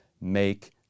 make